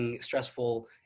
stressful